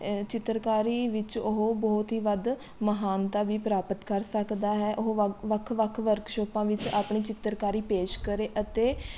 ਚਿੱਤਰਕਾਰੀ ਵਿੱਚ ਉਹ ਬਹੁਤ ਹੀ ਵੱਧ ਮਹਾਨਤਾ ਵੀ ਪ੍ਰਾਪਤ ਕਰ ਸਕਦਾ ਹੈ ਉਹ ਵੱ ਵੱਖ ਵੱਖ ਵਰਕਸ਼ੋਪਾਂ ਵਿੱਚ ਆਪਣੀ ਚਿੱਤਰਕਾਰੀ ਪੇਸ਼ ਕਰੇ ਅਤੇ